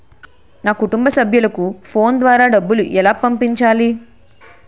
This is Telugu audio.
నా కుటుంబ సభ్యులకు ఫోన్ ద్వారా డబ్బులు ఎలా పంపించాలి?